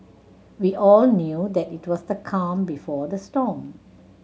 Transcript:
we all knew that it was the calm before the storm